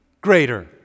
greater